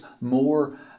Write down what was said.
more